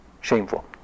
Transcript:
shameful